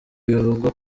bivugwa